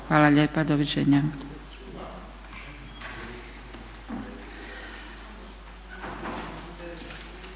Hvala lijepa. Doviđenja.